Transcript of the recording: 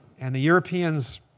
and the europeans,